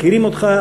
מכירים אותך,